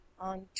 on